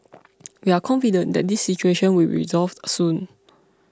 we are confident that this situation will be resolved soon